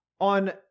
on